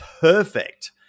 perfect